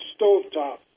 stovetop